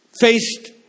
faced